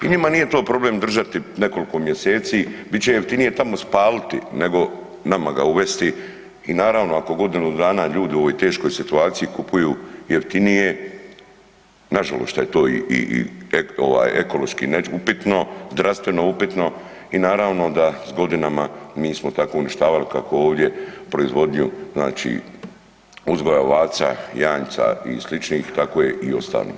I njima nije to problem držati nekoliko mjeseci, bit će jeftinije tamo spaliti nego nama ga uvesti i naravno, ako godinu dana ljudi u ovoj teškoj situaciji kupuju jeftinije, nažalost šta je to i ekološki upitno, zdravstveno upitno i naravno da s godinama mi smo tako uništavali kako ovdje proizvodnju znači uzgoja ovaca, janjca i sličnih, tako je i ostalim.